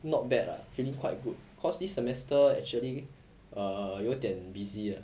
not bad uh feeling quite good cause this semester actually err 有点 busy uh